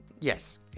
Yes